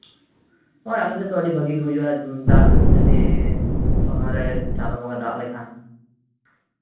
ᱦᱮᱸ ᱟᱞᱮ ᱥᱮᱫ ᱫᱚ ᱟᱹᱰᱤ ᱵᱷᱟᱹᱜᱤ ᱜᱮ ᱦᱩᱭᱩᱜᱼᱟ ᱫᱟᱜ ᱡᱩᱫᱤ ᱥᱚᱢᱚᱭ ᱨᱮ ᱪᱟᱸᱫᱳ ᱵᱚᱸᱜᱟᱭ ᱫᱟᱜ ᱟᱞᱮᱠᱷᱟᱱ